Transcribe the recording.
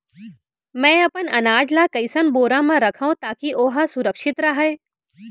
मैं अपन अनाज ला कइसन बोरा म रखव ताकी ओहा सुरक्षित राहय?